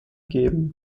gegeben